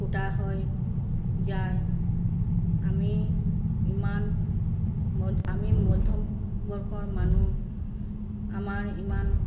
ফুটা হৈ যায় আমি ইমান আমি মধ্যমবৰ্ষৰ মানুহ আমাৰ ইমান